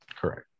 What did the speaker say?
Correct